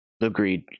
Agreed